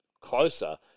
closer